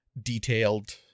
detailed